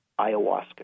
ayahuasca